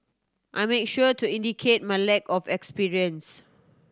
I make sure to indicate my lack of experience